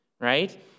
right